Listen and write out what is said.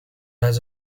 has